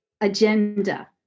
agenda